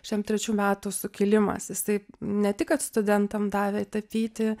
šiam trečių metų sukilimas jisai ne tik kad studentam davė tapyti